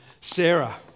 Sarah